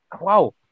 wow